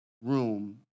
room